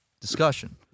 discussion